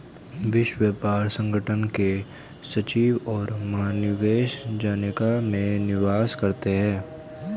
विश्व व्यापार संगठन के सचिव और महानिदेशक जेनेवा में निवास करते हैं